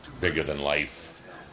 bigger-than-life